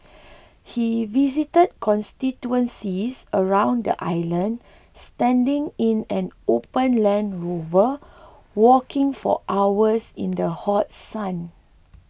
he visited constituencies around the island standing in an open Land Rover walking for hours in the hot sun